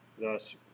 Thus